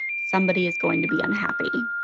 somebody is going to be unhappy